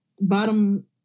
bottom